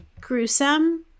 gruesome